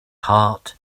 heart